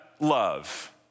love